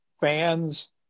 fans